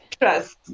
trust